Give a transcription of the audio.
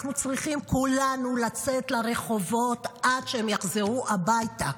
אנחנו צריכים כולנו לצאת לרחובות עד שהם יחזרו הביתה.